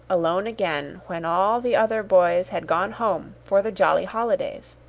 alone again, when all the other boys had gone home for the jolly holidays.